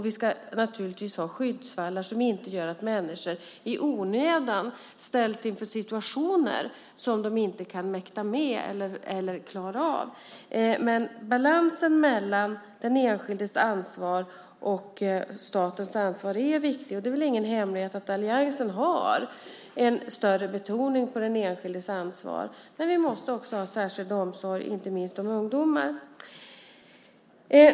Vi ska naturligtvis ha skyddsvallar som gör att människor inte i onödan ställs inför situationer som de inte kan mäkta med eller klara av. Balansen mellan den enskildes ansvar och statens ansvar är viktig. Det är ingen hemlighet att alliansen har en större betoning på den enskildes ansvar. Men vi måste också ha särskild omsorg, inte minst om ungdomar.